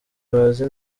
bazi